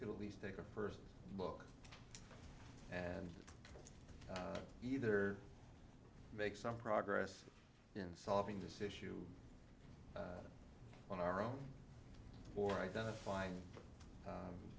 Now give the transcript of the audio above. could at least take a first look and either make some progress in solving this issue on our own or identifying